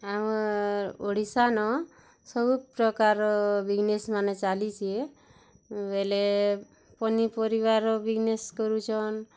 ଆମର୍ ଓଡ଼ିଶା ନ ସବୁପ୍ରକାର ବିଜିନେସ୍ମାନ ଚାଲିଛି ବୋଇଲେ ପନିପରିବାର ବିଜିନେସ୍ କରୁଛନ୍